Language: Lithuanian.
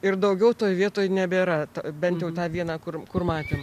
ir daugiau toj vietoj nebėra bent jau tą vieną kur kur matėm